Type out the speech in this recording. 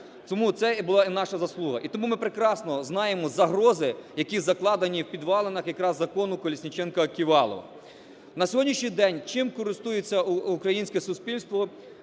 Тому це була і наша заслуга. І тому ми прекрасно знаємо загрози, які закладені в підвалинах якраз закону Колесніченка-Ківалова. На сьогоднішній день чим користуються українське суспільство,